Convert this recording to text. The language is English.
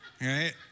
Right